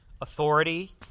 authority